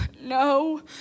no